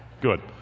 Good